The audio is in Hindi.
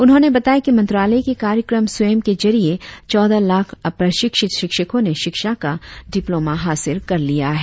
उन्होंने बताया कि मंत्रालय के कार्यक्रम स्वयं के जरिए चौदह लाख अप्रशिक्षित शिक्षकों ने शिक्षा का डिप्लोमा हासिल कर लिए हैं